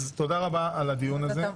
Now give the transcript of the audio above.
אז תודה רבה על הדיון הזה.